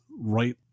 right